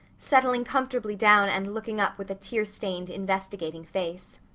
settling comfortably down and looking up with a tearstained, investigating face.